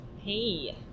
Hey